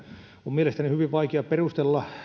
mielestäni hyvin vaikea perustella